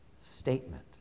statement